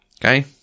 okay